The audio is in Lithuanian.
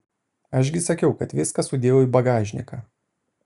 aš gi sakiau kad viską sudėjau į bagažniką